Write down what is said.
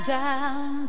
down